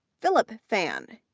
phillip phan,